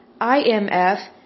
IMF